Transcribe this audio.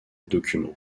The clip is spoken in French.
document